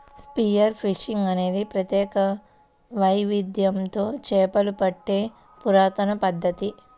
spear fishing అనేది ప్రత్యేక వైవిధ్యంతో చేపలు పట్టే పురాతన పద్ధతి